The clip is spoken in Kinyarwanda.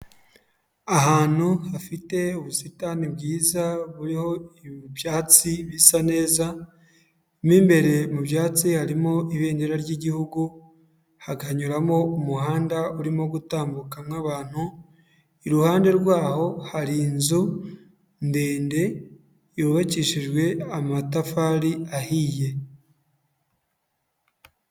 Ahantu hafite ubusitani bwiza buriho ibyatsi bisa neza, mo imbere mu byatsi harimo ibendera ry'igihugu, hakanyuramo umuhanda urimo gutambukamo abantu, iruhande rwaho hari inzu ndende yubakishijwe amatafari ahiye.